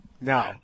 No